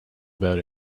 about